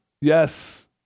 yes